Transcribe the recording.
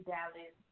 Dallas